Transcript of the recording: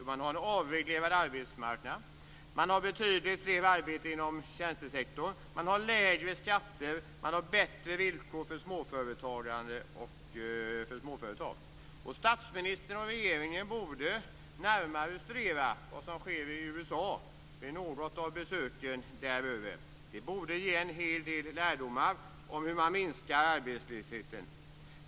Jo, man har en avreglerad arbetsmarknad, man har betydligt mer arbete inom tjänstesektorn, man har lägre skatter och man har bättre villkor för småföretag. Statsministern och regeringen borde närmare studera vad som sker i USA vid något av besöken där borta. Det borde ge en hel del lärdomar om hur man minskar arbetslösheten.